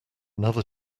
another